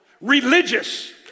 religious